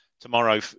tomorrow